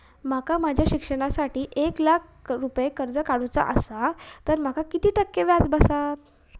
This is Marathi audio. माका माझ्या शिक्षणासाठी एक लाख रुपये कर्ज काढू चा असा तर माका किती टक्के व्याज बसात?